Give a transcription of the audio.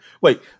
Wait